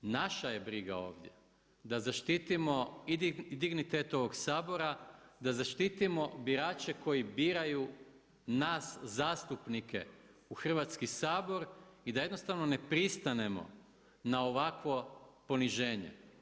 Naša je briga ovdje da zaštitimo i dignitet ovoga Sabora, da zaštitimo birače koji biraju nas zastupnike u Hrvatski sabor i da jednostavno ne pristanemo na ovakvo poniženje.